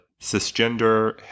cisgender